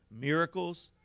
Miracles